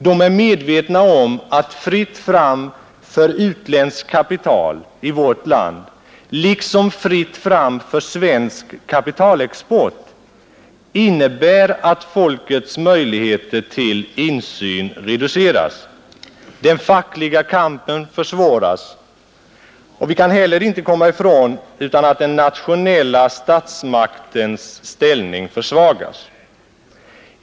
De är medvetna om att fritt fram för utländskt kapital i vårt land liksom fritt fram för svensk kapitalexport innebär att folkets möjligheter till insyn reduceras. Den fackliga kampen försvåras. Vi kan heller inte bortse ifrån att den nationella statsmaktens ställning försvagas.